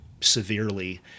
severely